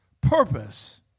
Purpose